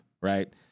right